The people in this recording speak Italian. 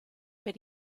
per